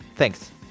Thanks